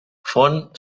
font